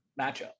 matchup